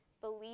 believe